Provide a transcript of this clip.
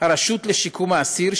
הרשות לשיקום האסיר,